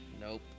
Nope